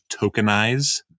tokenize